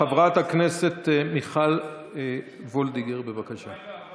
חברת הכנסת מיכל וולדיגר, בבקשה.